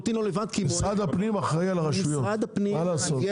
משרד הפנים אחראי על הרשויות מה לעשות.